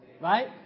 Right